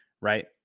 right